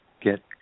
get